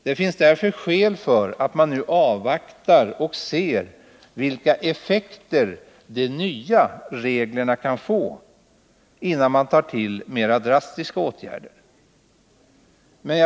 Det finns därför skäl för att man nu avvaktar och ser vilka effekter de nya reglerna kan få, innan man tar till mera drastiska åtgärder.